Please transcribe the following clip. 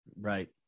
Right